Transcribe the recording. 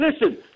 listen